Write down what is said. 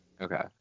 okay